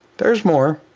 there's more.